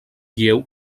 lleu